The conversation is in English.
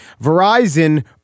Verizon